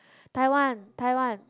Taiwan Taiwan